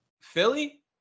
Philly